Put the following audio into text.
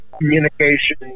communication